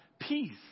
peace